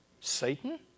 Satan